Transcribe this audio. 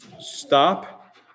stop